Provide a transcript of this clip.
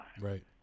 Right